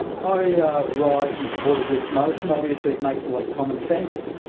i rise in support of this motion. obviously, it makes a lot of common sense.